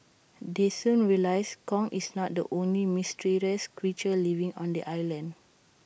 they soon realise Kong is not the only mysterious creature living on the island